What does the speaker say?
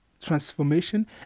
transformation